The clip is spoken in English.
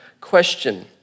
question